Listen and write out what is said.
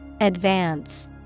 Advance